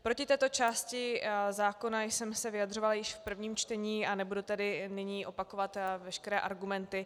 Proti této části zákona jsem se vyjadřovala již v prvním čtení, a nebudu tedy nyní opakovat veškeré argumenty.